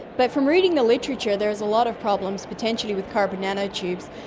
but from reading the literature there is a lot of problems potentially with carbon nano-tubes.